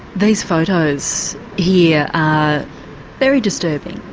these photos here are very disturbing,